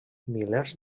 milers